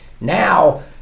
Now